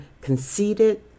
conceited